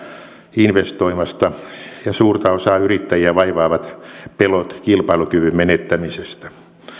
investoimasta ja suurta osaa yrittäjiä vaivaavat pelot kilpailukyvyn menettämisestä